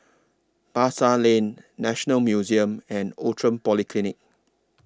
Pasar Lane National Museum and Outram Polyclinic